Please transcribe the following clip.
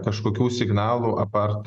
kažkokių signalų apart